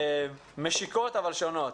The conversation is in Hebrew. משיקות אבל שונות.